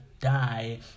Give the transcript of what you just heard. die